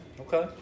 Okay